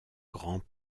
grand